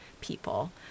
people